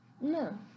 No